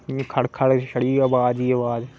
इयां खड़ खड़ छडी आबाज ही आबाज